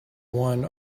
one